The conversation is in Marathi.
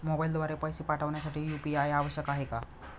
मोबाईलद्वारे पैसे पाठवण्यासाठी यू.पी.आय आवश्यक आहे का?